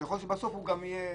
שיכול להיות שבסוף הוא גם ייסע.